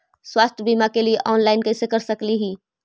स्वास्थ्य बीमा के लिए ऑनलाइन कैसे कर सकली ही?